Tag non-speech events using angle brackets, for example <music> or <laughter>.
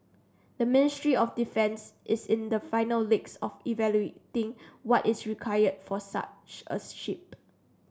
the Ministry of Defence is in the final legs of evaluating what is required for such a <unintelligible> ship